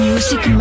Music